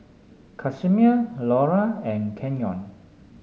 Casimir Launa and Canyon